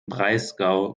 breisgau